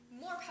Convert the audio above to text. more